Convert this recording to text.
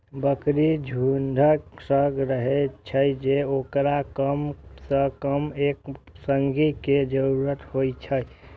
बकरी झुंडक संग रहै छै, तें ओकरा कम सं कम एक संगी के जरूरत होइ छै